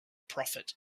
prophet